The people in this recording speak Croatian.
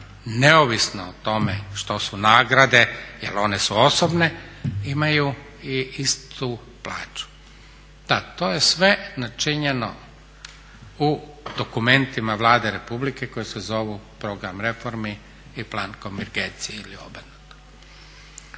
neovisno o tome što su nagrade jer one su osobne imaju i istu plaću. Da, to je sve načinjeno u dokumentima Vlade republike koji se zovu program reformi i plan konvergencije ili obrnuto.